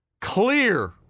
clear